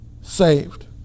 saved